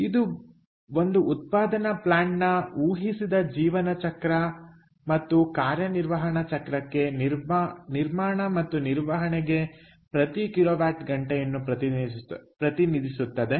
ಇದು ಬಂದು ಉತ್ಪಾದನಾ ಪ್ಲಾಂಟ್ನ ಊಹಿಸಿದ ಜೀವನಚಕ್ರ ಮತ್ತು ಕಾರ್ಯನಿರ್ವಹಣ ಚಕ್ರಕ್ಕೆ ನಿರ್ಮಾಣ ಮತ್ತು ನಿರ್ವಹಣೆಗೆ ಪ್ರತಿ ಕಿಲೋವ್ಯಾಟ್ ಗಂಟೆಯನ್ನು ಪ್ರತಿನಿಧಿಸುತ್ತದೆ